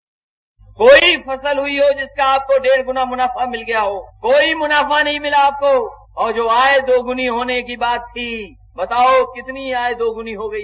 bite कोई फसल हुई है जिसका आपको डेढ़ गुना मुनाफा मिल गया हो कोई मुनाफा नहीं मिला आपको और जो आय दोगुनी होने की बात थी बताओं कितनी आय दोगुनी हो गई